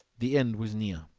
the end was near.